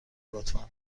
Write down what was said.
لطفا